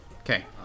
Okay